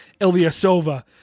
Ilyasova